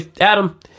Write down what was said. Adam